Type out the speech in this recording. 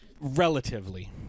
relatively